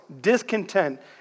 discontent